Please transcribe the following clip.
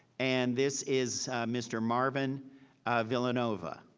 and this is mr. marvin villanueva,